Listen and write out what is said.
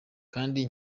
kandi